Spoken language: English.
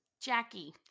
Jackie